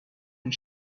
les